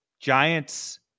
Giants